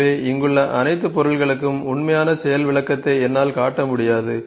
எனவே இங்குள்ள அனைத்து பொருட்களுக்கும் உண்மையான செயல்விளக்கத்தை என்னால் காட்ட முடியாது